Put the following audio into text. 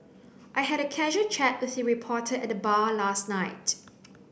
I had a casual chat with a reporter at the bar last night